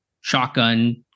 shotgun